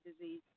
disease